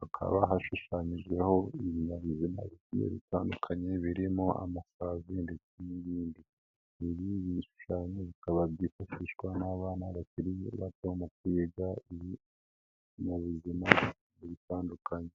hakaba hashushanyijeho ibinyabuzima bigiye bitandukanye, birimo amasazi ndetse n'ibindi. Ibi bishushanyo bikaba byifashishwa n'abana bakiri bato mu kwiga ibiyabuzima bitandukanye.